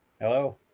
Hello